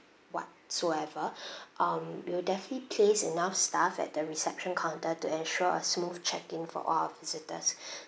whatsoever um we'll definitely place enough staff at the reception counter to ensure a smooth check in for all our visitors